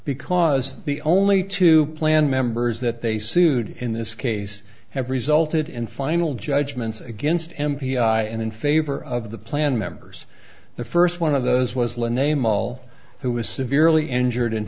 because the only two plan members that they sued in this case have resulted in final judgments against m p i and in favor of the plan members the first one of those was let name all who was severely injured in